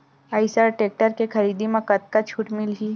Eicher tractor के खरीदी म कतका छूट मिलही?